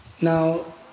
Now